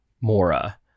Mora